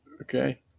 Okay